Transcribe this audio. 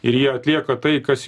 ir jie atlieka tai kas